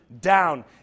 down